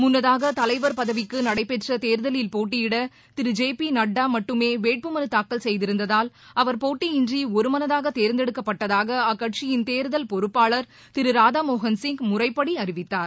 தேர்தலில் பதவிக்கு நடைபெற்ற போட்டயிட முன்னதாக தலைவர் திரு ஜெ பி நட்டா மட்டுமே வேட்புமனு தாக்கல் செய்திருந்ததால் அவர் போட்டியின்றி ஒருமனதாக தேர்ந்தெடுக்கப்பட்டதாக அக்கட்சியின் தேர்தல் பொறப்பாளர் திரு ராதாமோகன்சிய் முறைப்படி அறிவித்தார்